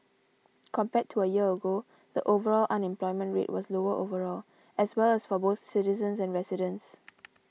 compared to a year ago the overall unemployment rate was lower overall as well as for both citizens and residents